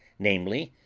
namely,